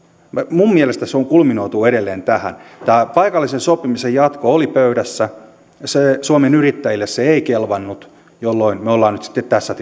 minun mielestäni se kulminoituu edelleen tähän paikallisen sopimisen jatko oli pöydässä suomen yrittäjille se ei kelvannut jolloin me olemme nyt sitten tässä